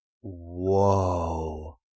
Whoa